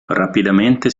rapidamente